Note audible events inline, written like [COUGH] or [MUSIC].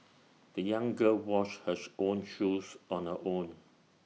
the young girl washed her [UNINTELLIGIBLE] own shoes on her own